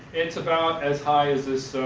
it's about as high as this